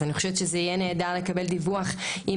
אז אני חושבת שזה יהיה נהדר לקבל דיווח אם